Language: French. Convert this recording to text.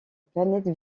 planète